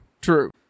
true